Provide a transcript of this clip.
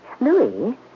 Louis